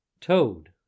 Toad